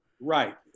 Right